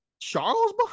Charles